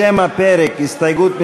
לשם הפרק הסתייגות,